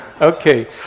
Okay